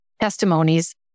testimonies